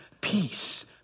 peace